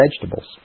vegetables